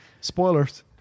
Spoilers